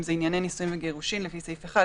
אם זה ענייני נישואין וגירושין לפי סעיף 1,